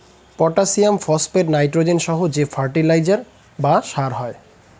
potassium, phosphate, nitrogen সহ যে fertiliser বা সার হয়